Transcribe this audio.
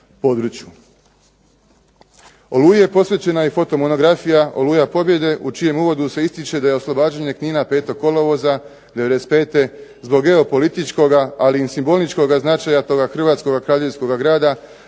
Oluji je posvećena i foto monografija Oluja pobjede u čijem uvodu se ističe da je oslobađanje Knina 5. kolovoza 95. zbog geopolitičkoga ali i simboličkoga značaja toga Hrvatskoga kazijskoga grada